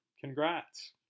Congrats